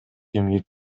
эмгек